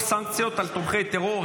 סנקציות על תומכי טרור,